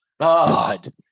God